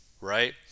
right